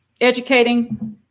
educating